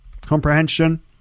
Comprehension